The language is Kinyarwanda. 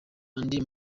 andi